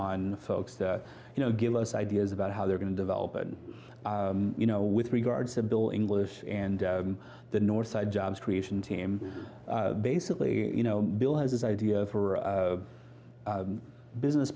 on folks you know give us ideas about how they're going to develop and you know with regards to bill english and the north side jobs creation team basically you know bill has this idea for a business